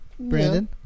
Brandon